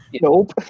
nope